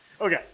Okay